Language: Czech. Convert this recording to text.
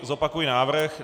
Zopakuji návrh.